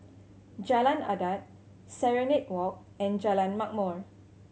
Jalan Adat Serenade Walk and Jalan Ma'mor